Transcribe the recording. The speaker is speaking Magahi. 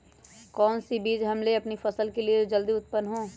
कौन सी बीज ले हम अपनी फसल के लिए जो जल्दी उत्पन हो?